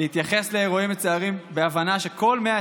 להתייחס לאירועים מצערים בהבנה שכל 120